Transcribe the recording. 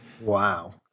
Wow